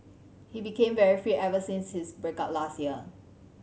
he became very fit ever since his break up last year